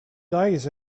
days